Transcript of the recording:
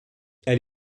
elle